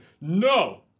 no